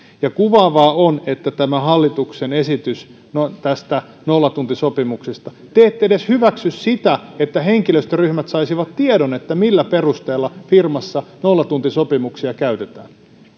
kuvaavaa on tämä hallituksen esitys näistä nollatuntisopimuksista te ette edes hyväksy sitä että henkilöstöryhmät saisivat tiedon millä perusteella firmassa nollatuntisopimuksia käytetään